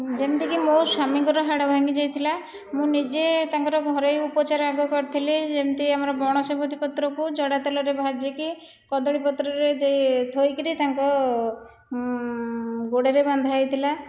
ଯେମିତିକି ମୋ ସ୍ୱାମୀଙ୍କର ହାଡ଼ ଭାଙ୍ଗିଯାଇଥିଲା ମୁଁ ନିଜେ ତାଙ୍କର ଘରୋଇ ଉପଚାର ଆଗ କରିଥିଲି ଯେମିତି ଆମର ବଣ ସେବତୀ ପତ୍ରକୁ ଜଡ଼ା ତେଲରେ ଭାଜିକି କଦଳୀ ପତ୍ରରେ ଥୋଇକରି ତାଙ୍କ ଗୋଡ଼ରେ ବନ୍ଧା ହୋଇଥିଲା